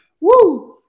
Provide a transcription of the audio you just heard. Woo